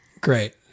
Great